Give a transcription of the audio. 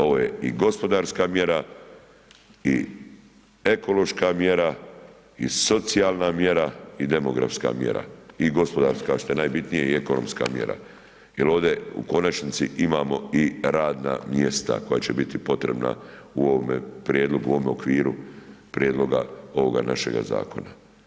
Ovo je i gospodarska mjera i ekološka mjera i socijalna mjera i demografska mjera i gospodarska a što je najbitnije i ekonomska mjera jer ovdje u konačnici imamo i radna mjesta će biti potrebna u ovome prijedlogu, u ovome u okviru prijedloga ovoga našega zakona.